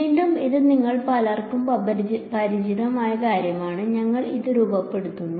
വീണ്ടും ഇത് നിങ്ങളിൽ പലർക്കും പരിചിതമായ കാര്യമാണ് ഞങ്ങൾ ഇത് രൂപപ്പെടുത്തും